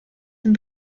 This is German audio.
dem